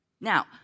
Now